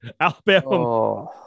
Alabama